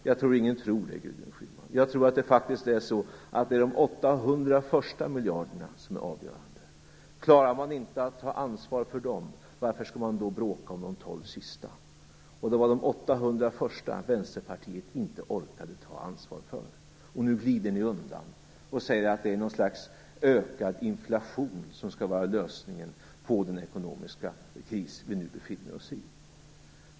Jag tror inte att någon tror det, Gudrun Schyman. I stället tror jag att det faktiskt är de 800 första miljarderna som är avgörande. Klarar man inte att ta ansvar för dem, varför skall man då bråka om de 12 sista miljarderna? Det var de 800 första miljarderna som Vänsterpartiet inte orkade ta ansvar för. Nu glider ni undan och säger att ett slags ökad inflation skall vara lösningen på den ekonomiska kris som vi nu befinner oss i.